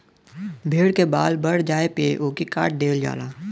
भेड़ के बाल बढ़ जाये पे ओके काट देवल जाला